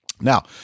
now